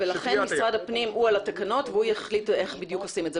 לכן משרד הפנים הוא על התקנות והוא יחליט איך בדיוק עושים את זה.